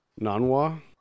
nanwa